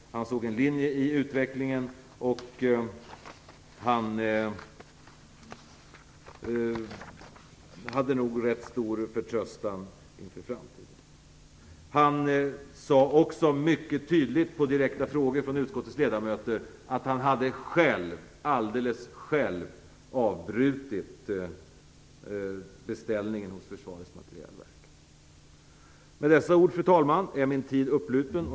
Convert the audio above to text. Han såg en linje i utvecklingen, och han hade nog rätt stor förtröstan inför framtiden. Han sade också mycket tydligt på direkta frågor från utskottets ledamöter att han alldeles själv hade avbrutit beställningen hos Försvarets materielverk. Med dessa ord, fru talman, är min tid upplupen.